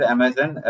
Amazon